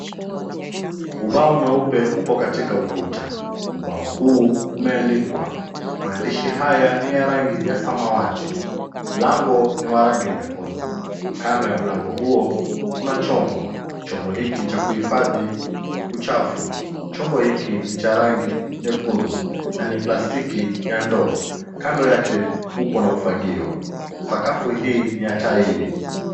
Ubao mweupe upo katika ukuta. Ubao huu umeandikwa. Maandishi haya ni ya rangi ya samawati. Mlango ni wa rangi nyekundu. Kando ya mlango huo kuna chombo. Chombo hiki ni cha kuhifadhi uchafu. Chombo hiki ni cha rangi nyekundu na ni plastiki ya ndoo. Kando yake upo na ufagio. Sakafu hii ni ya taili.